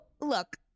look